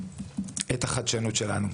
לשר האוצר בצלאל סמוטריץ',